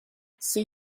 see